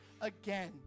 again